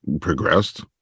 progressed